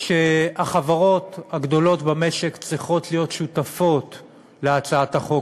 שהחברות הגדולות במשק צריכות להיות שותפות להצעת החוק